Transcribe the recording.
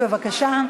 בבקשה.